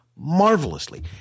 marvelously